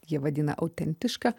jie vadina autentiška